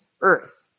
earth